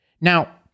Now